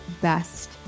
best